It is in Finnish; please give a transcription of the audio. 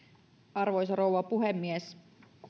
arvoisa rouva puhemies